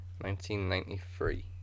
1993